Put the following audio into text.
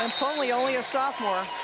um so only only a sophomore,